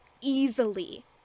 easily